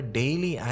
daily